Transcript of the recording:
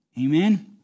Amen